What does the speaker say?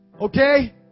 Okay